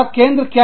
केंद्र क्या है